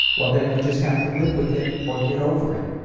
well then you just have to live with it or get over it.